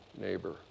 neighbor